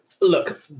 look